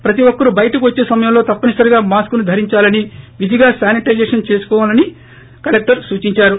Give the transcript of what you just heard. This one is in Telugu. ప్రతీ ఒక్కరూ బయటకు వచ్చే సమయంలో తప్పనిసరిగా మాస్కును ధరించాలని విధిగా శానిటైజేషన్ చేసుకోవాలని కలెక్టర్ సూచించారు